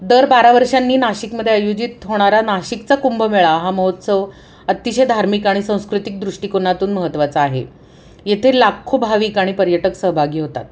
दर बारा वर्षांनी नाशिकमध्ये आयोजित होणारा नाशिकचा कुंभमेळा हा महोत्सव अतिशय धार्मिक आणि संस्कृतिक दृष्टिकोनातून महत्त्वाचा आहे येथे लाखो भाविक आणि पर्यटक सहभागी होतात